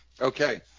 Okay